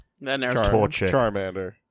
Charmander